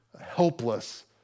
helpless